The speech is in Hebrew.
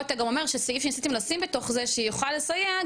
פה אתה גם אומר שסעיף שניסיתם לשים בתוך זה שיוכל לסייע,